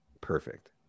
Perfect